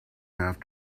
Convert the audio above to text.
have